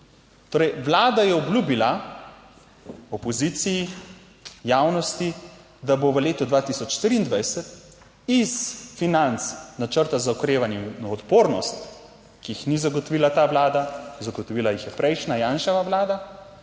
Vlada je obljubila opoziciji, javnosti, da bo v letu 2023 iz Financ načrta za okrevanje in odpornost, ki jih ni zagotovila ta Vlada, zagotovila jih je prejšnja Janševa vlada,